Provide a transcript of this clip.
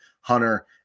Hunter